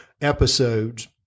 episodes